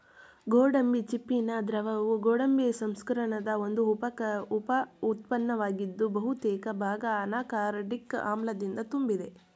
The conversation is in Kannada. ಗೋಡಂಬಿ ಚಿಪ್ಪಿನ ದ್ರವವು ಗೋಡಂಬಿ ಸಂಸ್ಕರಣದ ಒಂದು ಉಪ ಉತ್ಪನ್ನವಾಗಿದ್ದು ಬಹುತೇಕ ಭಾಗ ಅನಾಕಾರ್ಡಿಕ್ ಆಮ್ಲದಿಂದ ತುಂಬಿದೆ